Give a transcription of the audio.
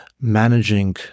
managing